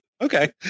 okay